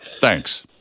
Thanks